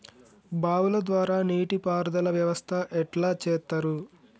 బావుల ద్వారా నీటి పారుదల వ్యవస్థ ఎట్లా చేత్తరు?